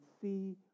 see